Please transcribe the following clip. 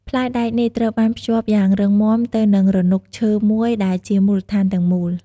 ផ្លែដែកនេះត្រូវបានភ្ជាប់យ៉ាងរឹងមាំទៅនឹងរនុកឈើមួយដែលជាមូលដ្ឋានទាំងមូល។